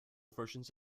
versions